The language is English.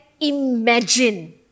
imagine